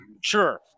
sure